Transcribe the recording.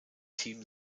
team